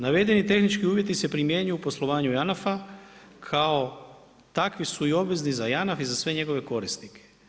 Navedeni tehnički uvjeti se primjenjuju u poslovanju JANAF-a, kao takvi su obvezni za JANAF i za sve njegove korisnike.